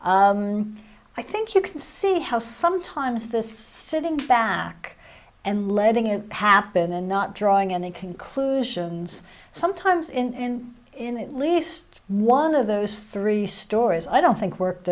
i think you can see how sometimes this sitting back and letting it happen and not drawing any conclusions sometimes in in at least one of those three stories i don't think worked